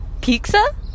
Pizza